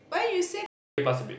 but then you say that you